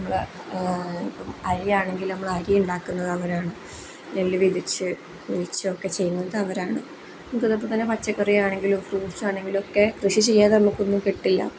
നമ്മൾ ഇപ്പം അരിയാണെങ്കിൽ നമ്മൾ അരി ഉണ്ടാക്കുന്നത് അവരാണ് നെല്ല് വിതച്ച് മെതിച്ചൊക്കെ ചെയ്യുന്നത് അവരാണ് തന്നെ പച്ചക്കറിയാണെങ്കിലും ഫ്രൂട്ട്സ് ആണെങ്കിലും ഒക്കെ കൃഷി ചെയ്യാതെ നമുക്കൊന്നും കിട്ടില്ല